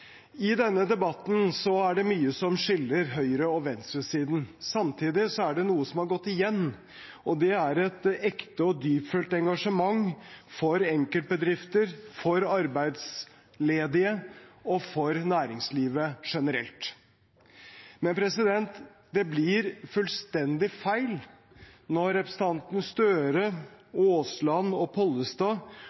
I denne debatten er det mye som skiller høyre- og venstresiden. Samtidig er det noe som har gått igjen, og det er et ekte og dyptfølt engasjement for enkeltbedrifter, for arbeidsledige og for næringslivet generelt. Men det blir fullstendig feil når representantene Støre, Aasland og Pollestad